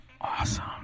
awesome